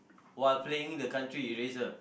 while playing the country eraser